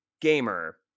gamer